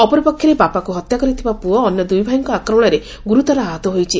ଅପରପକ୍ଷରେ ବାପାକୁ ହତ୍ୟା କରିଥିବା ପୁଅ ଅନ୍ୟ ଦୁଇଭାଇଙ୍କ ଆକ୍ରମଣରେ ଗୁରୁତର ଆହତ ହୋଇଛି